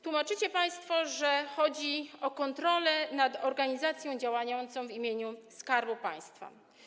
Tłumaczycie państwo, że chodzi o kontrolę nad organizacją działającą w imieniu Skarbu Państwa.